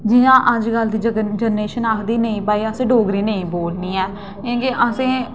जि'यां अज कल दी जैनरेशन आखदी नेईं भाई असें डोगरी नेई बोलनी ऐ की जे असें